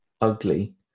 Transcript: ugly